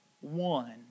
one